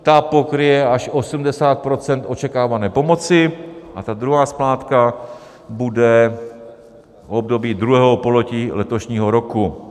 Ta pokryje až 80 % očekávané pomoci a druhá splátka bude v období druhého pololetí letošního roku.